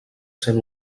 sent